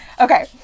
Okay